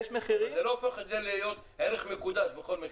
אבל זה לא הופך את זה לערך מקודש בכל מחיר.